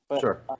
Sure